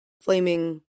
flaming